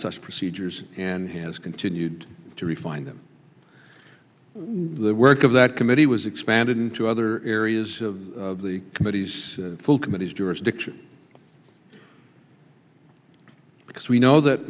such procedures and has continued to refine them when the work of that committee was expanded into other areas of the committees full committees jurisdiction because we know that